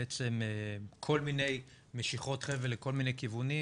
כל מיני משיכות חבל לכל מיני כיוונים